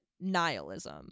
nihilism